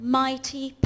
mighty